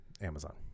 amazon